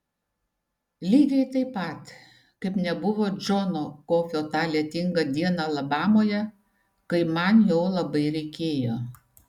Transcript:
lygiai taip pat kaip nebuvo džono kofio tą lietingą dieną alabamoje kai man jo labai reikėjo